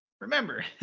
Remember